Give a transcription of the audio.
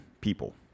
people